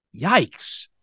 yikes